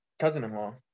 cousin-in-law